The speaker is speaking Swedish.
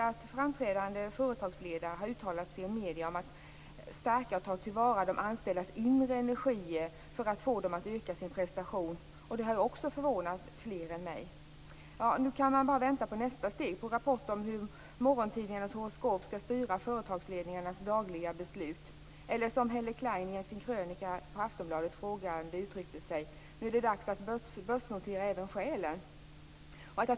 En framträdande företagsledare har uttalat sig i medierna om att stärka och ta till vara de anställdas inre energi för att få dem att öka prestationen. Det har också förvånat fler än mig. Nu är det bara att vänta på nästa steg: rapporter om hur morgontidningarnas horoskop skall styra företagsledningarnas dagliga beslut. Helle Klein frågar sig i sin krönika i Aftonbladet om det även är dags att börsnotera själen.